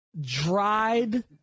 dried